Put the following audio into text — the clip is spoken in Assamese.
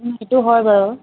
সেইটো হয় বাৰু